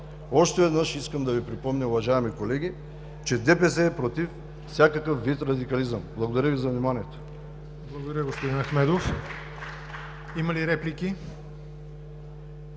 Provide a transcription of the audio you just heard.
Още веднъж искам да Ви припомня, уважаеми колеги, че ДПС е против всякакъв вид радикализъм! Благодаря Ви за вниманието.